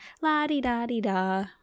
la-di-da-di-da